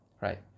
right